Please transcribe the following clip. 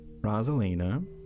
Rosalina